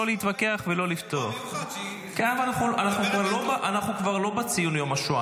לא להתווכח ולא --- אבל זה יום מיוחד,